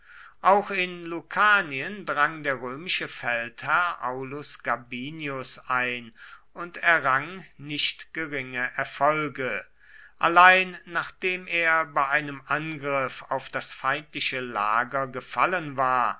auch in lucanien drang der römische feldherr aulus gabinius ein und errang nicht geringe erfolge allein nachdem er bei einem angriff auf das feindliche lager gefallen war